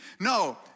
No